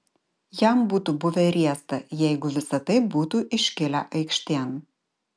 jam būtų buvę riesta jeigu visa tai būtų iškilę aikštėn